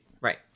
Right